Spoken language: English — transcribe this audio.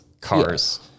cars